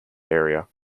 area